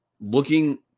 looking